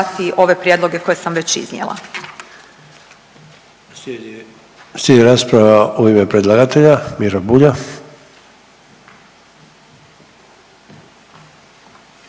ove prijedloge koje sam već iznijela.